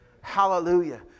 Hallelujah